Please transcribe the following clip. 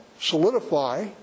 solidify